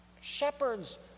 Shepherds